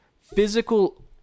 physical